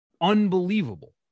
unbelievable